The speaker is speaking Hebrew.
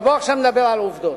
אבל בוא עכשיו נדבר על עובדות.